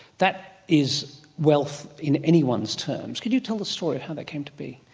that is wealth in anyone's terms. could you tell the story of how that came to be?